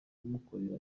kumukorera